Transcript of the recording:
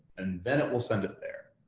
and then it will send it there.